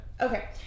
okay